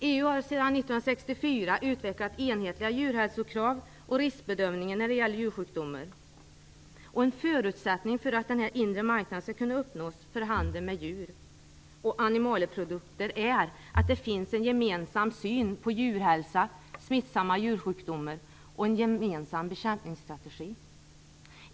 EU har sedan 1964 utvecklat enhetliga djurhälsokrav och riskbedömningar när det gäller djursjukdomar. En förutsättning för att den inre marknaden skall kunna uppnås för handeln med djur och animalieprodukter är att det finns en gemensam syn på djurhälsa, smittsamma djursjukdomar och en gemensam bekämpningsstrategi.